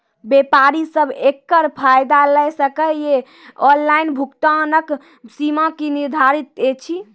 व्यापारी सब एकरऽ फायदा ले सकै ये? ऑनलाइन भुगतानक सीमा की निर्धारित ऐछि?